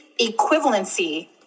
equivalency